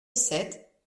sept